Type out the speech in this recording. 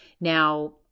Now